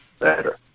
better